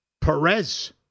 Perez